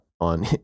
on